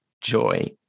joy